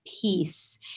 peace